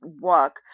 work